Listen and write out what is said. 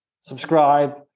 subscribe